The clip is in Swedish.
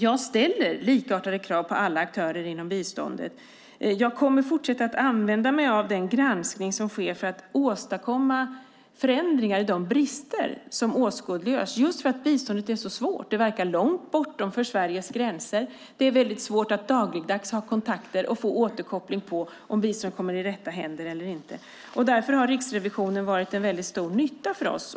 Jag ställer likartade krav på alla aktörer inom biståndet. Jag kommer att fortsätta att använda mig av den granskning som sker för att åstadkomma förändringar när det gäller de brister som åskådliggörs. Biståndet är nämligen svårt. Det verkar långt bortanför Sveriges gränser. Det är väldigt svårt att dagligdags ha kontakter och få återkoppling när det gäller om biståndet kommer i rätta händer eller inte. Därför har Riksrevisionen varit till väldigt stor nytta för oss.